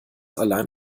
alleine